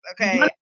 Okay